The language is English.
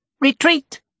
retreat